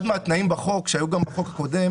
אחד התנאים שהיו בחוק שהיו גם בחוק הקודם,